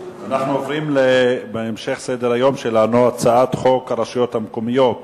אנחנו עוברים להצעת חוק הרשויות המקומיות